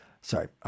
Sorry